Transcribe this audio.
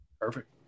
Perfect